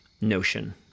notion